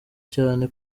cyane